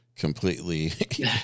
completely